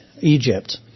Egypt